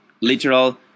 literal